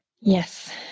yes